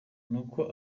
nuko